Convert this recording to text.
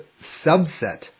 subset